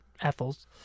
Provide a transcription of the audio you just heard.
Ethel's